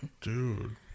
Dude